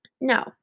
now